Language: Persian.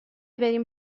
بریم